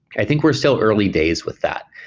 i think we're still early days with that,